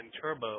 Turbo